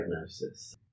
diagnosis